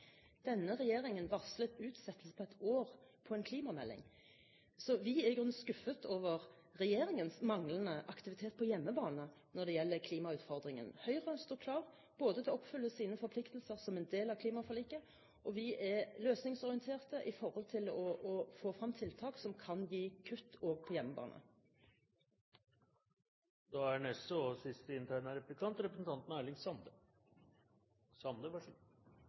Denne regjeringen varslet utsettelse på ett år av en klimamelding. Vi er i grunnen skuffet over regjeringens manglende aktivitet på hjemmebane når det gjelder klimautfordringen. Høyre står klar, til å oppfylle sine forpliktelser som en del av klimaforliket, og vi er løsningsorienterte i forhold til å få frem tiltak som kan gi kutt også på hjemmebane. Eg må jo berre konkludere med at dei to som hadde replikk før meg, ikkje har fått noko som er